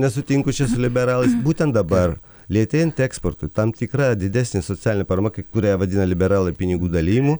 nesutiku čia su liberalais būtent dabar lėtėjant eksportui tam tikra didesnė socialinė parama kai kurią vadina liberalai pinigų dalijimu